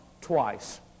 twice